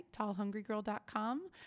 tallhungrygirl.com